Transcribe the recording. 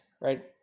right